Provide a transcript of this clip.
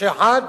כשאחד